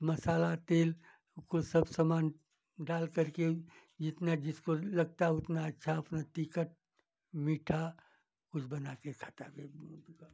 मसाला तेल को सब सामान डालकर के जितना जिसको लगता है उतना अच्छा अपना तीखा मीठा कुछ बनाके खाता है